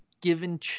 given